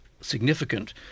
significant